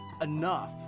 enough